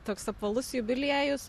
toks apvalus jubiliejus